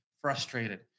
frustrated